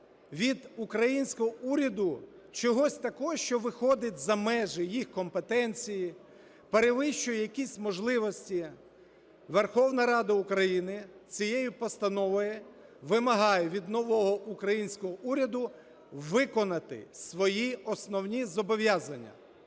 від українського уряду чогось такого, що виходить за межі їх компетенції, перевищує якійсь можливості. Верховна Рада України цією постановою вимагає від нового українського уряду виконати свої основні зобов'язання,